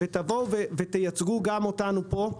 תבואו ותייצגו גם אותנו פה.